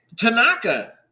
Tanaka